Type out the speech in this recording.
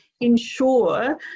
ensure